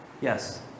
Yes